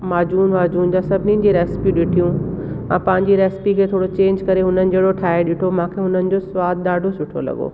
माजून वाजून जा सभिनीनि जी रेसिपी ॾिठियूं मां पंहिंजी रेसिपी खे थोरो चेंज करे हुननि जहिड़ो ठाहे ॾिठो मूंखे हुननि जो सवादु ॾाढो सुठो लॻो